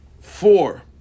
four